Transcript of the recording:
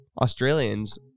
Australians